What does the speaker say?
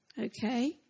Okay